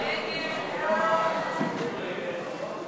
ההצעה להעביר את הצעת חוק